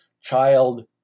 child